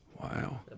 Wow